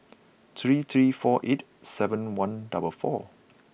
three three four eight seven one double four